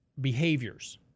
behaviors